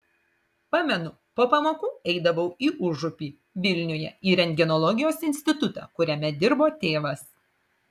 pamenu po pamokų eidavau į užupį vilniuje į rentgenologijos institutą kuriame dirbo tėvas